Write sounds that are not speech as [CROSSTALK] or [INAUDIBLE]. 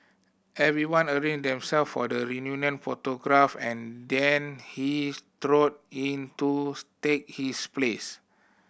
everyone arranged themselves for the reunion photograph then he strode in to [UNINTELLIGIBLE] take his place